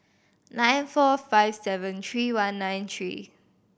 nine four five seven three one nine three